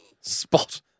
Spot